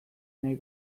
nahi